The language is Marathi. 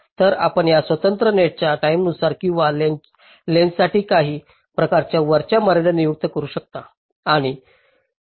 तर आपण या स्वतंत्र नेटच्या टाईमेनुसार किंवा लेंग्थससाठी काही प्रकारच्या वरच्या मर्यादा नियुक्त करू शकता